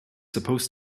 supposed